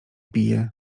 pije